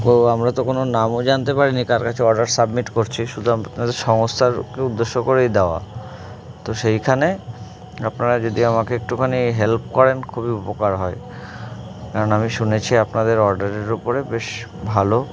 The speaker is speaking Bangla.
ও আমরা তো কোনো নামও জানতে পারি নি কার কাছে অর্ডার সাবমিট করছি শুধু আপনাদের সংস্থাকে উদ্দেশ্য করেই দেওয়া তো সেইখানে আপনারা যদি আমাকে একটুখানি হেল্প করেন খুবই উপকার হয় কারণ আমি শুনেছি আপনাদের অর্ডারের ওপরে বেশ ভালো